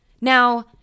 Now